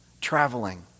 traveling